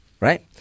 right